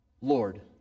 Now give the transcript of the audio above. Lord